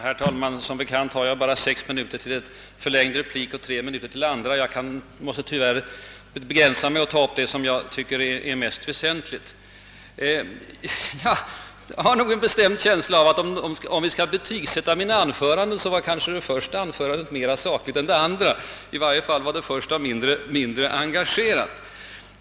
Herr talman! Som bekant har jag bara sex minuter till en förlängd replik och tre minuter till en andra replik, och jag måste tyvärr begränsa mig och ta upp det som jag tycker är mest väsentligt. Jag har en bestämd känsla av att om vi skall betygsätta mina anföranden var mitt första anförande mera sakligt än det andra — i varje fall var det första mindre engagerat.